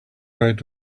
out